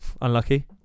unlucky